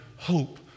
hope